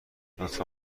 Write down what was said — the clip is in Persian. لطفا